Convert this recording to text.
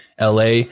LA